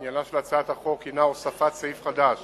עניינה של הצעת החוק הינו הוספת סעיף חדש